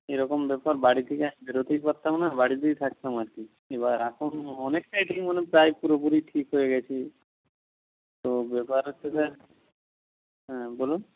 এরকম ব্যাপার বাড়ি থেকে বেরোতেই পারতাম না বাড়িতেই থাকতাম আর কি এবার এখন অনেকটাই ঠিক মানে প্রায় পুরোপুরি ঠিক হয়ে গেছি তো ব্যাপার হচ্ছে যে হ্যাঁ বলুন